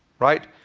right?